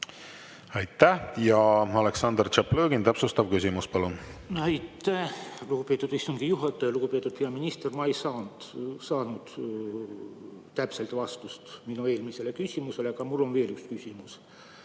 Aitäh! Aleksandr Tšaplõgin, täpsustav küsimus, palun! Aitäh, lugupeetud istungi juhataja! Lugupeetud peaminister! Ma ei saanud täpset vastust oma eelmisele küsimusele, aga mul on veel üks küsimus.